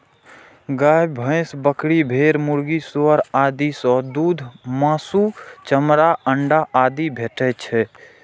गाय, भैंस, बकरी, भेड़, मुर्गी, सुअर आदि सं दूध, मासु, चमड़ा, अंडा आदि भेटै छै